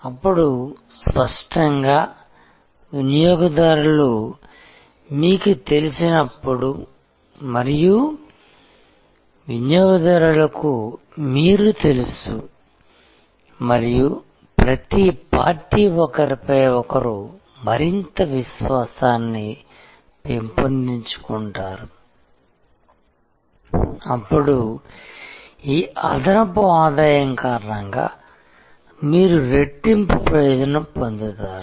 అప్పుడు స్పష్టంగా వినియోగదారులు మీకు తెలిసినప్పుడు మరియు వినియోగదారులకు మీరు తెలుసు మరియు ప్రతి పార్టీ ఒకరిపై ఒకరు మరింత విశ్వాసాన్ని పెంపొందించుకుంటారు అప్పుడు ఈ అదనపు ఆదాయం కారణంగా మీరు రెట్టింపు ప్రయోజనం పొందారు